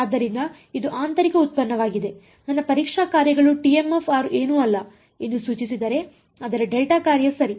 ಆದ್ದರಿಂದ ಇದು ಆಂತರಿಕ ಉತ್ಪನ್ನವಾಗಿದೆ ನನ್ನ ಪರೀಕ್ಷಾ ಕಾರ್ಯಗಳು ಏನೂ ಅಲ್ಲ ಎಂದು ಸೂಚಿಸಿದರೆ ಆದರೆ ಡೆಲ್ಟಾ ಕಾರ್ಯ ಸರಿ